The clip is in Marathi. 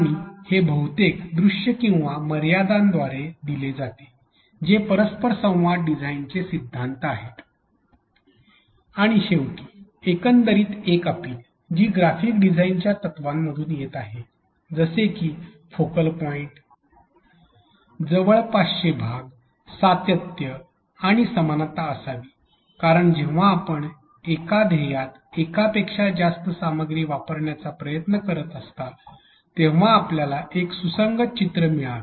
आणि हे बहुतेक दृश्य किंवा मर्यादांद्वारे दिले जाते जे परस्पर संवाद डिझाइनचे सिद्धांत आहेत आणि शेवटी एकंदरीत एक अपील जी ग्राफिक डिझाइनच्या तत्त्वांमधून येत आहे जसे की फोकल पॉइंट जवळपासचे भाग सातत्य आणि समानता असावी कारण जेव्हा आपण एका ध्येयात एकपेक्षा जास्त सामग्री वापरण्याचा प्रयत्न करीत असता तेव्हा आपल्याला एक सुसंगत चित्र मिळावे